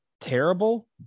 terrible